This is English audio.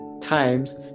times